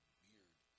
weird